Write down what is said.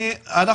אנחנו